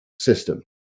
system